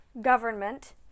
government